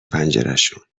پنجرشون